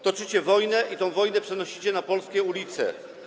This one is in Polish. Toczycie wojnę i tę wojnę przenosicie na polskie ulice.